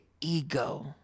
ego